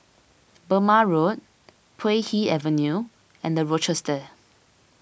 Burmah Road Puay Hee Avenue and the Rochester